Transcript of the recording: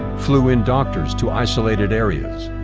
flew in doctors to isolated areas,